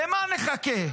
למה נחכה,